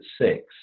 six